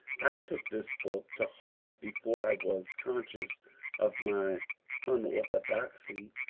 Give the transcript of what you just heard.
i took this book to heart before i was conscious of my unorthodoxy,